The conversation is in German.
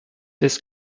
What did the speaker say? des